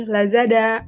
Lazada